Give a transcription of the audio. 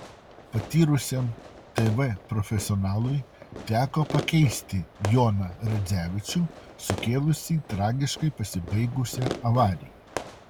patyrusiam tv profesionalui teko pakeisti joną radzevičių sukėlusį tragiškai pasibaigusią avariją